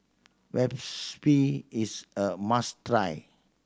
is a must try